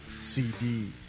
CD